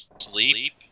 sleep